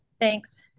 thanks